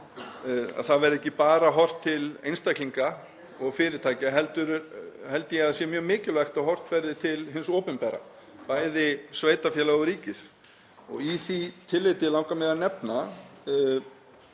að það verði ekki bara horft til einstaklinga og fyrirtækja heldur held ég að það sé mjög mikilvægt að horft verði til hins opinbera, bæði sveitarfélaga og ríkis. Langar mig þá að nefna